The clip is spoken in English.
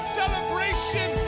celebration